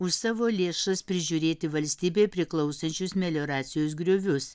už savo lėšas prižiūrėti valstybei priklausančius melioracijos griovius